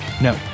No